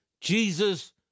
Jesus